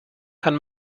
kann